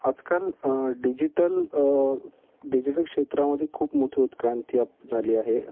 आजकाल digital digital क्षेत्रामध्ये खूप मोठी उत्क्रांती आप झाली आहे